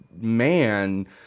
man